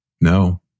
no